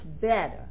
better